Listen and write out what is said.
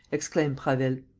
exclaimed prasville.